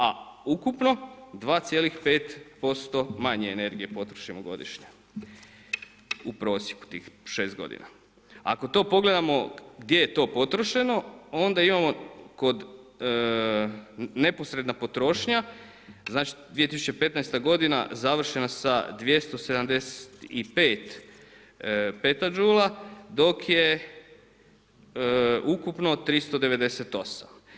A ukupno 2,5% manje energije potrošimo godišnje, u prosjeku tih 6 g. Ako to pogledamo gdje je to potrošeno, onda imamo kod neposredna potrošnja, znači 2015. završeno sa 275 petadžula dok je ukupno 398.